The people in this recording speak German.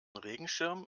regenschirm